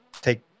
take